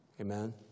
Amen